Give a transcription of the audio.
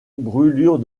brûlures